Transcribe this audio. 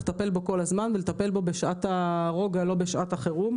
לטפל בו בשעת הרוגע ולא בשעת החירום.